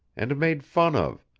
and made fun of,